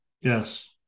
Yes